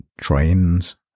trains